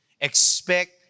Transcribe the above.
Expect